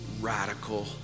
radical